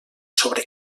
sobre